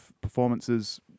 performances